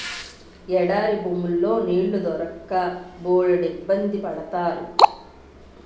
ఎడారి భూముల్లో నీళ్లు దొరక్క బోలెడిబ్బంది పడతారు